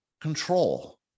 control